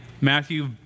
Matthew